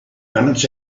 minutes